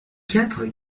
quatre